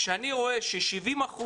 כשאני רואה ש-30%